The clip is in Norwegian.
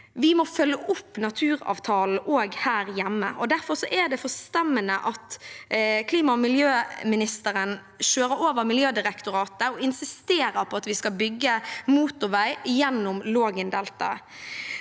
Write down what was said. Vi må følge opp naturavtalen også her hjemme, og derfor er det forstemmende at klima- og miljøministeren kjører over Miljødirektoratet og insisterer på at vi skal bygge motorvei gjennom Lågendeltaet.